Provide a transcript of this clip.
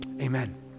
Amen